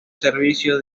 servicio